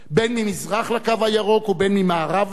בין ממזרח ל"קו הירוק" ובין ממערב לו,